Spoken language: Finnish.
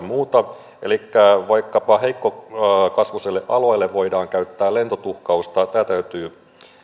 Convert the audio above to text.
muuta elikkä vaikkapa heikkokasvuisille aloille voidaan käyttää lentotuhkausta tämä täytyy